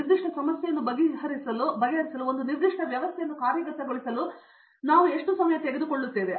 ಈ ನಿರ್ದಿಷ್ಟ ಸಮಸ್ಯೆಯನ್ನು ಬಗೆಹರಿಸಲು ಈ ಒಂದು ನಿರ್ದಿಷ್ಟ ವ್ಯವಸ್ಥೆಯನ್ನು ಕಾರ್ಯಗತಗೊಳಿಸಲು ಎಷ್ಟು ಸಮಯ ತೆಗೆದುಕೊಳ್ಳುತ್ತದೆ ಎಂದು